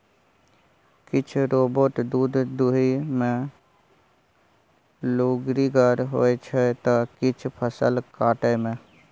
किछ रोबोट दुध दुहय मे लुरिगर होइ छै त किछ फसल काटय मे